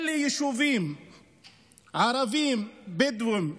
אלה יישובים ערביים-בדואיים בנגב,